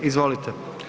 Izvolite.